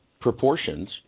proportions